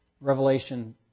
Revelation